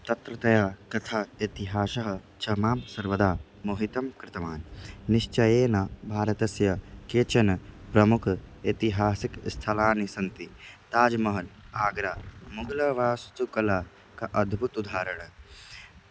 तत्रत्या कथा इतिहासः च मां सर्वदा मोहितं कृतवान् निश्चयेन भारतस्य केचन प्रमुख ऐतिहासिकस्थलानि सन्ति ताज्महल् आग्रा मुघलवास्तुकला क अद्भुतोदाहरणं